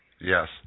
Yes